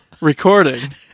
recording